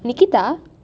nikita